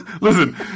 listen